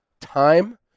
time